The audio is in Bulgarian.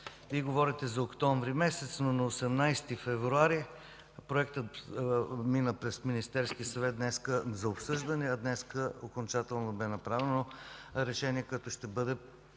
Вие говорите за месец октомври, но на 18 февруари Проектът мина през Министерския съвет за обсъждане, а днес окончателно бе взето решение, което ще бъде